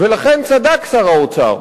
ולכן צדק שר האוצר